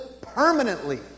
permanently